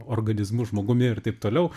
organizmu žmogumi ir taip toliau